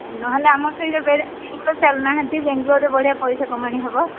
ନହେଲେ ଆମ ସେଇ ଚାଲୁନାହାନ୍ତି ବେଙ୍ଗଲୋରରେ ବଢ଼ିଆ ପଇସା କମାଣି ହେବ